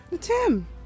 Tim